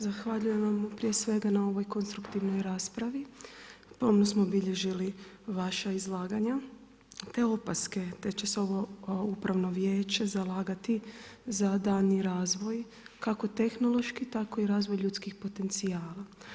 Zahvaljujem vam prije svega na ovoj konstruktivnoj raspravi, pomno smo bilježili vaša izlaganja te opaske, te će se ovo upravno vijeće zalagati za daljnji razvoj kako tehnološki tako i razvoj ljudskih potencijala.